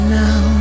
now